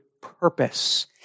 purpose